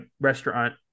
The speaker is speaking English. restaurant